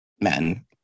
men